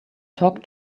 talk